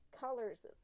colors